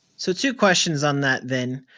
so, two questions on that then.